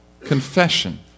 confession